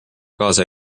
kaasa